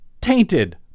tainted